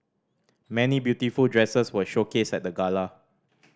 many beautiful dresses were showcased at the gala